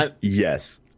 Yes